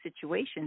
situations